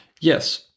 Yes